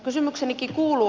kysymyksenikin kuuluu